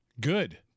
Good